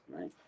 right